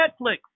Netflix